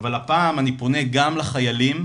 אבל הפעם אני פונה גם לחיילים